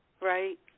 Right